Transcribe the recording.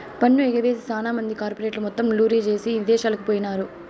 పన్ను ఎగవేసి సాన మంది కార్పెరేట్లు మొత్తం లూరీ జేసీ ఇదేశాలకు పోయినారు